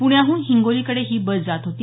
प्ण्याहून हिंगोलीकडे ही बस जात होती